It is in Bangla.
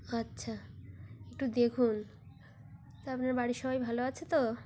আচ্ছা একটু দেখুন তা আপনার বাড়ির সবাই ভালো আছে তো